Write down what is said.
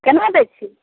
केना दइ छी